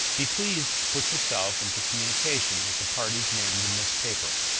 be pleased to put yourself into communication with the parties named in this paper,